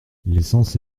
l’essence